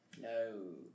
No